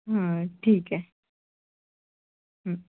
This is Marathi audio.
हां ठीक आहे